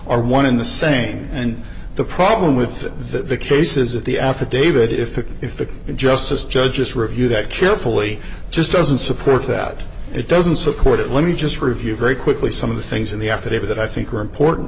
or one in the same and the problem with the case is that the affidavit if the if the justice judges review that carefully just doesn't support that it doesn't support it let me just review very quickly some of the things in the affidavit that i think are important